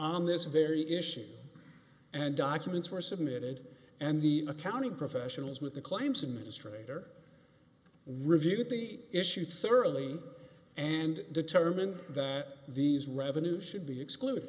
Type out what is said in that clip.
on this very issue and documents were submitted and the accounting professionals with the claims administrator reviewed the issue thoroughly and determined that these revenue should be excluded